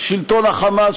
שלטון ה"חמאס",